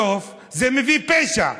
בסוף זה מביא פשע.